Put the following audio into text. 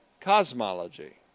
cosmology